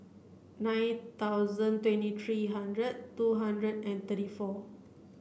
nine thousand twenty three hundred two hundred and thirty four